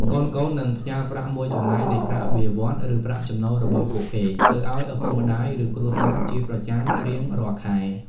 កូនៗនឹងផ្ញើប្រាក់មួយចំណែកនៃប្រាក់បៀវត្សរ៍ ឬប្រាក់ចំណូលរបស់ពួកគេទៅឱ្យឪពុកម្តាយ ឬគ្រួសារជាប្រចាំរៀងរាល់ខែ។